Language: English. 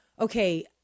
okay